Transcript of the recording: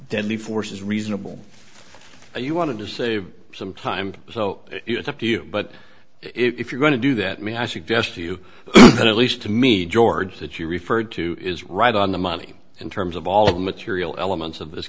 deadly force is reasonable you want to save some time so it's up to you but if you're going to do that may i suggest you at least to me george that you referred to is right on the money in terms of all the material elements of this